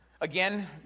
again